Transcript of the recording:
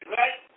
right